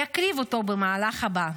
יקריב אותו במהלך הבא.